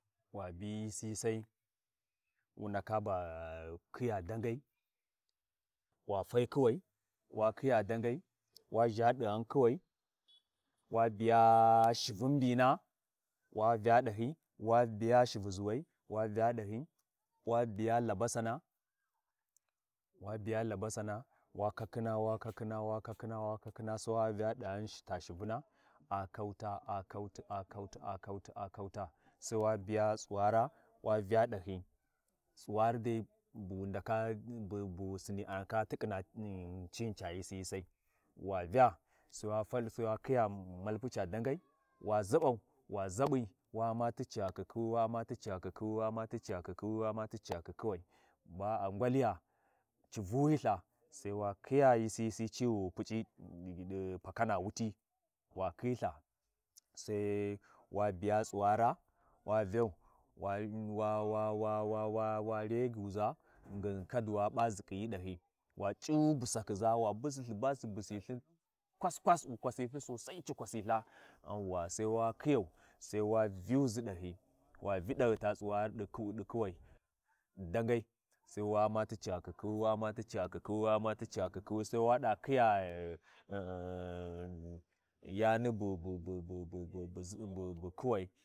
Wa khiya Jarhu daga ɗaani wa ɗa wu ndakhi ghi ya Vya Ooawini Subu wu ndaka da naha marhuwina wa naha tana’a wa naha’a tana’a wa, wa naha te’e, wa wa naha tana’a, ɗin yani bu mbani ghani dai wa, u- umma injikhin bu mbanai to rayuwi tu ci ndaka—a faka wi mbanai, amma gham wa kwa khin injkhin bu mbanai rayuwi tu naka ghama wi mbanayu to rayuwi wi mbanai ghi Laya mun kuʒa P’iyatin ɗi rayuwi tan, mun kuʒa mun kuʒa mungwan muni mun, mun Laba ɗin khin eee wali cina wi ma ɗahyiʒi kayana wi khima hyitina, ci mbunau mun laya mun kuʒa mun gwan muni mu, mun kuʒa mun gwa ya kuʒuni ɗi yuuwai, ya kuʒimi wani, ya kuʒuni ɗanaa ni mungwan mungwan, ai, akwai wi gwan be Ɓanwarijena, bu mbani pa, kai rayuwi tasi wali tasi, tagyi tasi wi mbanai tagha tsigu wi mbanai.